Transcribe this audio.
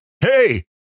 hey